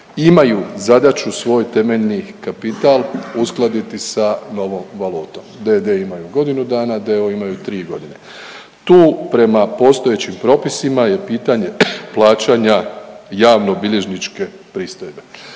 imaju zadaću svoj temeljni kapital uskladiti sa novom valutom. D.d. imaju godinu dana, d.o.o. imaju tri godine. Tu prema postojećim propisima je pitanje plaćanja javnobilježničke pristojbe.